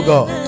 God